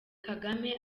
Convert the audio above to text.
kagame